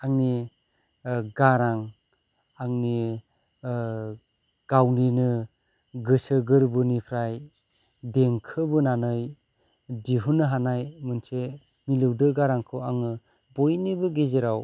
आंनि गारां आंनि गावनिनो गोसो गोरबोनिफ्राय देंखो बोनानै दिहुन्नो हानाय मोनसे मिलौदो गारांखौ आङो बयनिबो गेजेराव